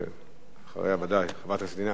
ואחריו, ודאי, חברת הכנסת וילף, אחרונת הדוברים.